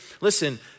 listen